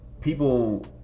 people